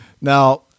Now